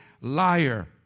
liar